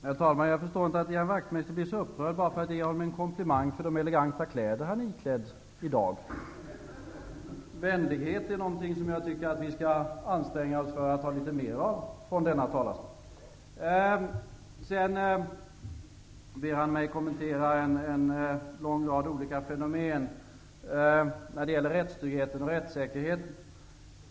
Herr talman! Jag förstår inte att Ian Wachtmeister blir så upprörd bara för att jag ger honom en komplimang för de eleganta kläder som han är iklädd i dag. Vänlighet är något som jag tycker att vi skall anstränga oss för att ha mera av från denna talarstol. Ian Wachtmeister ber mig att kommentera en lång rad olika fenomen som gäller rättstryggheten och rättssäkerheten.